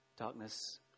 darkness